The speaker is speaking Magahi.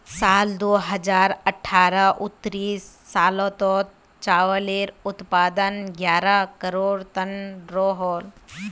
साल दो हज़ार अठारह उन्नीस सालोत चावालेर उत्पादन ग्यारह करोड़ तन रोहोल